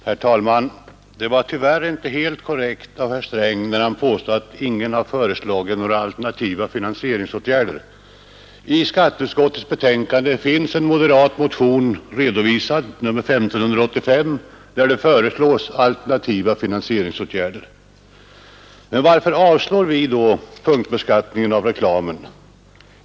Herr talman! Det var tyvärr inte helt korrekt av herr Sträng att påstå att ingen har föreslagit några alternativa finansieringsåtgärder. I skatteutskottets betänkande finns en moderat motion — nr 1585 — redovisad. I den föreslås alternativa finansieringsåtgärder. Varför avstyrker vi då punktbeskattningen av reklamen?